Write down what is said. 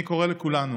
אני קורא לכולנו: